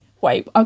Wait